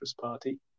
party